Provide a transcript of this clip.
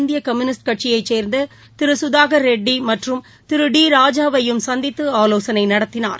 இந்திய கம்யுனிஸ்ட் கட்சியைச் சேர்ந்த திரு சுதாகா ரெட்டி மற்றும் திரு டி ராஜா வையும் சந்தித்து ஆவோசனை நடத்தினார்